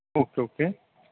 okay okay